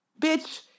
Bitch